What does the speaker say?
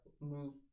move